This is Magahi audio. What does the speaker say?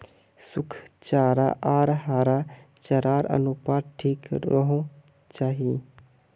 सुखा चारा आर हरा चारार अनुपात ठीक रोह्वा चाहि